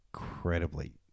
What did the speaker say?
incredibly